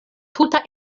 tuta